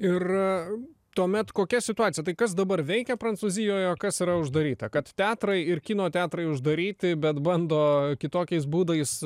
ir tuomet kokia situacija tai kas dabar veikia prancūzijoje o kas yra uždaryta kad teatrai ir kino teatrai uždaryti bet bando kitokiais būdais